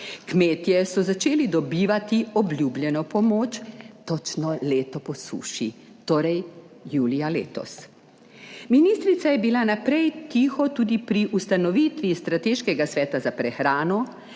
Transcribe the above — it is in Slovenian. Kmetje so začeli dobivati obljubljeno pomoč točno leto po suši, torej julija letos. Ministrica je bila naprej tiho tudi pri ustanovitvi strateškega sveta za prehrano,